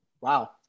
wow